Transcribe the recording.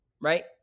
right